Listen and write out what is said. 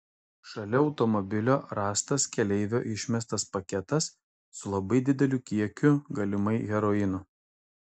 šalia automobilio rastas keleivio išmestas paketas su labai dideliu kiekiu galimai heroino